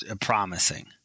promising